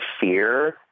fear